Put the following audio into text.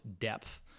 depth